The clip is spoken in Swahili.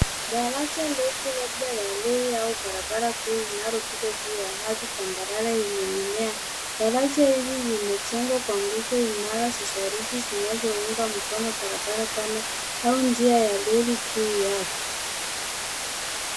Daraja refu labda la reli au barabara kuu linalopita juu ya ardhi tambarana lenye mimea. Daraja hili limejengwa kwa nguzo imara za saruji zinazounga mikono barabara pana au njia ya reli juu yake.